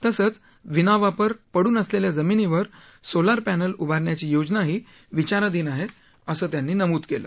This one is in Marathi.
तसंच विनावापर पडून असलेल्या जमीनीवर सोलर पॅनल उभारण्याची योजनाही विचाराधीन आहे असं त्यांनी नमूद केलं